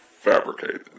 fabricated